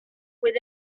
with